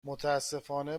متاسفانه